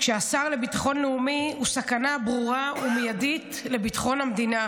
כשהשר לביטחון לאומי הוא סכנה ברורה ומיידית לביטחון המדינה,